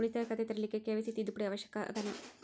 ಉಳಿತಾಯ ಖಾತೆ ತೆರಿಲಿಕ್ಕೆ ಕೆ.ವೈ.ಸಿ ತಿದ್ದುಪಡಿ ಅವಶ್ಯ ಅದನಾ?